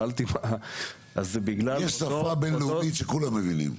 יש שפה בינלאומית שכולם מבינים.